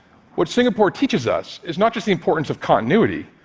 what singapore teaches us is not just the importance of continuity,